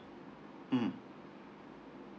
mm